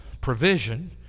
provision